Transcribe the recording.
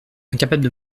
incapable